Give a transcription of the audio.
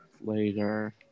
Later